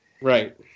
Right